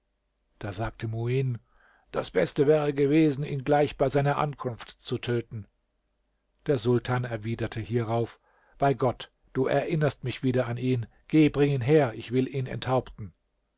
da sagte muin das beste wäre gewesen ihn gleich bei seiner ankunft zu töten der sultan erwiderte hierauf bei gott du erinnerst mich wieder an ihn geh bring ihn her ich will ihn enthaupten